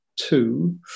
two